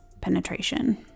penetration